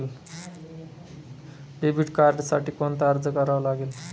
Debit कार्डसाठी कोणता अर्ज करावा लागेल?